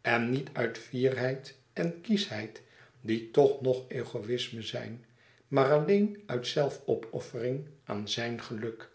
en niet uit fierheid en kuischheid die toch nog egoisme zijn maar alleen uit zelfopoffering aan zijn geluk